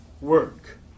work